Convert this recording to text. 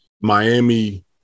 Miami –